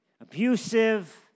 abusive